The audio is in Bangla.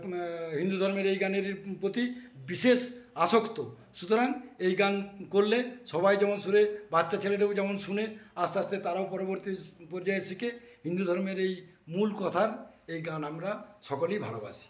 হিন্দু ধর্মের এই গানেরই প্রতি বিশেষ আসক্ত সুতারাং এই গান করলে সবাই যেমন শুনে বাচ্চা ছেলেটাও যেমন শুনে আস্তে আস্তে তারাও পরবর্তী পর্যায়ে শিখে হিন্দু ধর্মের এই মূল কথা এই গান আমরা সকলেই ভালোবাসি